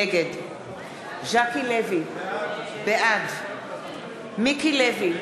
נגד ז'קי לוי, בעד מיקי לוי,